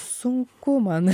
sunku man